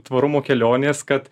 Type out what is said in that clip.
tvarumo kelionės kad